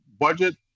budget